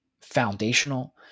foundational